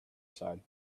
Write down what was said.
side